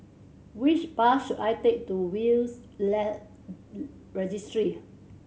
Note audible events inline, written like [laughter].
which bus should I take to Will's [unintelligible] Registry